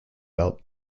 belt